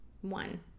One